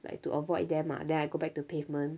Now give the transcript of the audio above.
like to avoid them ah then I go back to pavement